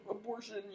Abortion